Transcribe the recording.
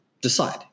decide